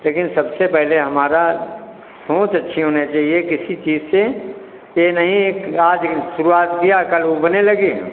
लेकिन सबसे पहले हमारा सोच अच्छी होने चाहिए किसी चीज से ये नहीं एक आज शुरुआत किया कल ओ बनने लगें